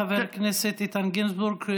חבר הכנסת איתן גינזבורג,